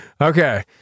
Okay